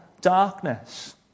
Darkness